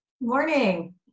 Morning